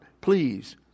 Please